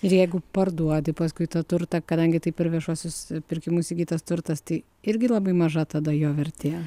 jeigu parduodi paskui tą turtą kadangi taip ir viešuosius pirkimu įsigytas turtas tai irgi labai maža tada jo vertė